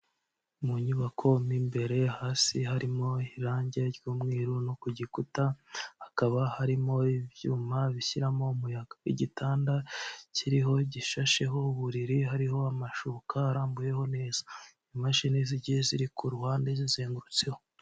Mu nyubako mu imbere hasi harimo irange ry'umweru no ku gikuta, hakaba harimo ibyuma bishyiramo umuyaga, igitanda kiriho gishasheho uburiri hariho amashuka arambuyeho neza, imashini zigiye ziri ku ruhande zizengurutseho.